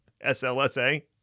S-L-S-A